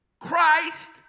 Christ